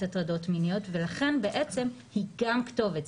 הטרדות מיניות ולכן בעצם היא גם כתובת,